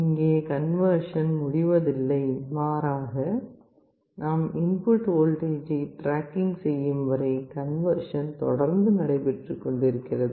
இங்கே கன்வர்ஷன் முடிவதில்லை மாறாக நாம் இன்புட் வோல்டேஜ் ஐ ட்ராக்கிங் செய்யும் வரை கன்வர்ஷன் தொடர்ந்து நடைபெற்றுக் கொண்டிருக்கிறது